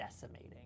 decimating